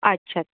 अच्छा